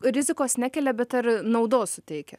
rizikos nekelia bet ar naudos suteikia